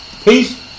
Peace